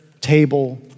table